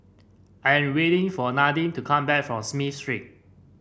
I am waiting for Nadine to come back from Smith Street